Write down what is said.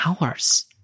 hours